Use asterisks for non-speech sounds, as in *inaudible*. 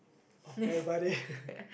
of everybody *breath*